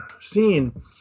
seen